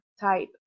type